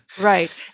right